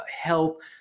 help